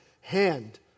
hand